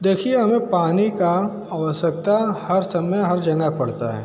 देखिए हमें पानी की आवश्यकता हर समय हर जगह पड़ती है